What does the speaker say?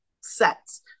sets